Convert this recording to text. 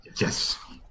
Yes